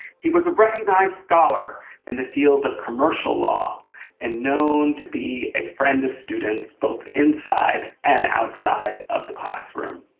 he was a recognized scholar in the field of commercial law and known to be a friend of students both inside and outside of the classroom.